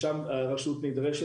אנחנו נדרשים